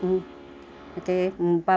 okay mm bye bye